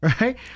right